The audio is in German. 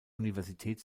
universität